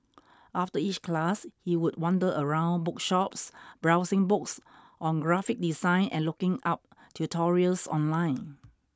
after each class he would wander around bookshops browsing books on graphic design and looking up tutorials online